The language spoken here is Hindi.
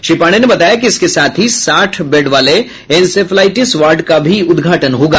श्री पांडेय ने बताया कि इसके साथ ही साठ बेड वाले इंसेफ्लाइटिस वार्ड का भी उद्घाटन होगा